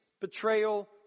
betrayal